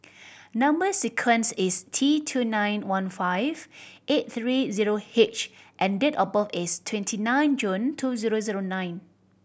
number sequence is T two nine one five eight three zero H and date of birth is twenty nine June two zero zero nine